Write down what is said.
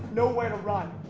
nowhere to run.